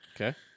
Okay